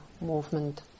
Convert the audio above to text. movement